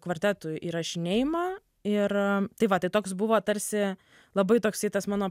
kvartetui įrašinėjimą ir tai va tai toks buvo tarsi labai toksai tas mano